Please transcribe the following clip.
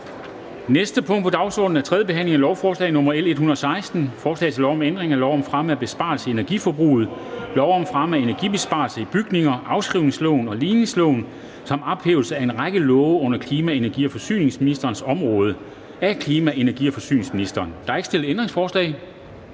næste punkt på dagsordenen er: 3) 3. behandling af lovforslag nr. L 116: Forslag til lov om ændring af lov om fremme af besparelser i energiforbruget, lov om fremme af energibesparelser i bygninger, afskrivningsloven og ligningsloven samt ophævelse af en række love under Klima-, Energi- og Forsyningsministeriets område. (Tilskud til energibesparelser og energieffektiviseringer